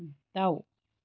दाउ